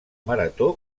marató